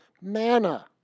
manna